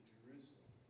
Jerusalem